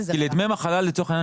כי לדמי מחלה לצורך העניין,